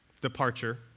departure